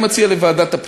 הוא בחר לגור על ההר,